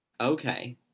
Okay